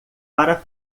para